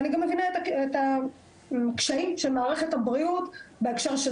ואני גם מבינה את הקשיים של מערכת הבריאות בהקשר של